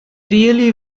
really